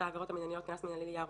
העבירות המינהליות (קנס מינהלי יערות),